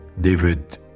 David